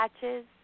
patches